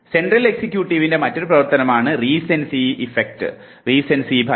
central എക്സിക്യൂട്ടീവിൻറെ മറ്റൊരു പ്രവർത്തനമാണ് റിസെൻസി ഫലം